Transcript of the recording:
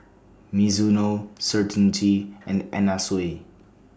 Mizuno Certainty and Anna Sui